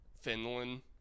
Finland